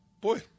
boy